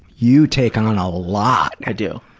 you take on a lot. i do.